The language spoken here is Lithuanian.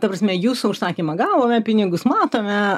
ta prasme jūsų užsakymą gavome pinigus matome